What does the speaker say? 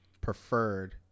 preferred